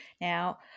now